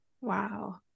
Wow